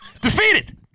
Defeated